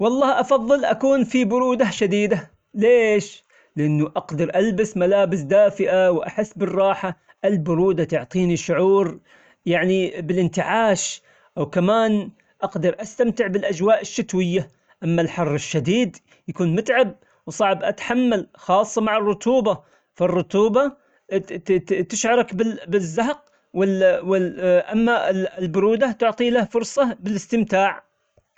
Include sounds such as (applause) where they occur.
والله أفظل أكون في برودة شديدة، ليش؟ لأنه أقدر ألبس ملابس دافئة وأحس بالراحة البرودة تعطيني شعور يعني بالإنتعاش وكمان أقدر أستمتع بالأجواء الشتوية، أما الحر الشديد يكون متعب وصعب أتحمل خاصة مع الرتوبة فالرتوبة (hesitation) تشعرك بالزهق (hesitation) أما الـ ـ البرودة تعطيله فرصة بالإستمتاع.